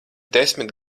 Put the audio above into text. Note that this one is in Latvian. desmit